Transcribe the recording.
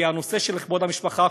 כי הנושא של כבוד המשפחה,